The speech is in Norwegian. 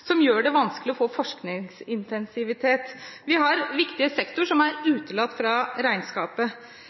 som gjør det vanskelig å få forskningsintensivitet, og vi har viktige sektorer som er utelatt fra regnskapet.